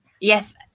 Yes